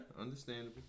Understandable